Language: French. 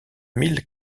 mille